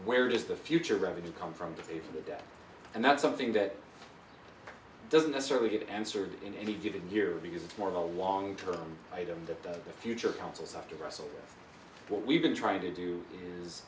where is the future revenue come from to pay for the debt and that's something that doesn't necessarily get answered in any given year because it's more of a long term item that the future counsels have to wrestle what we've been trying to do is